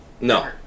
No